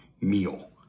meal